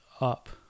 up